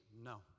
no